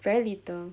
very little